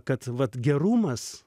kad vat gerumas